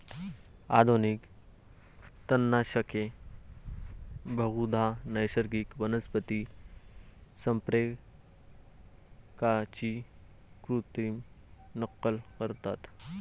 आधुनिक तणनाशके बहुधा नैसर्गिक वनस्पती संप्रेरकांची कृत्रिम नक्कल करतात